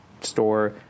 store